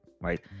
right